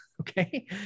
Okay